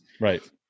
right